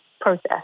process